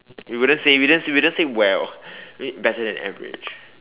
you wouldn't say you just you just say well I mean better than average